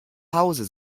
hause